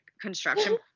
construction